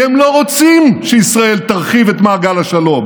כי הם לא רוצים שישראל תרחיב את מעגל השלום.